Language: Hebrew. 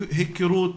היכרות